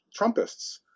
Trumpists